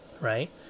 right